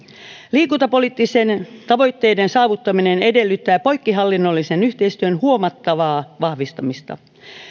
liikuntapoliittisten tavoitteiden saavuttaminen edellyttää poikkihallinnollisen yhteistyön huomattavaa vahvistamista